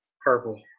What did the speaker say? purple